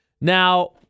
Now